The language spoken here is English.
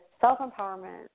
self-empowerment